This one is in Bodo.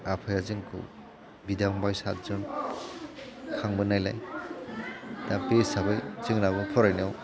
आफाया जोंखौ बिदा फंबाय सातज'न खांबोनायलाय दा बे हिसाबै जोंनाबो फरायनायाव